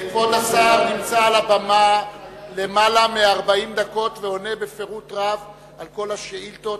כבוד השר נמצא על הבמה למעלה מ-40 דקות ועונה בפירוט רב על כל השאילתות